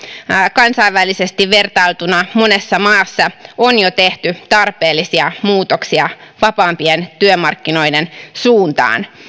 kansainvälisesti vertailtuna monessa maassa on jo tehty tarpeellisia muutoksia vapaampien työmarkkinoiden suuntaan